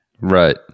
right